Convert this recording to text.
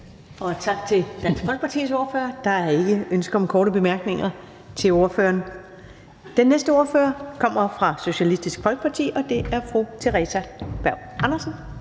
Tak til Dansk Folkepartis ordfører. Der er ikke ønske om korte bemærkninger til ordføreren. Den næste ordfører kommer fra Socialistisk Folkeparti, og det er fru Theresa Berg Andersen.